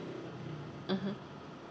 mmhmm